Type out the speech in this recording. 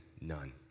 none